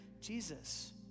Jesus